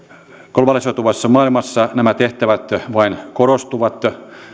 globalisoituvassa maailmassa nämä tehtävät vain korostuvat